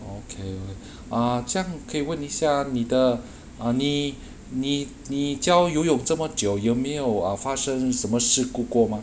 okay ah 这样可以问一下你的你你你教游泳这么久有没有 uh 发生什么事故过吗